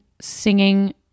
singing